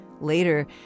Later